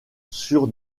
sur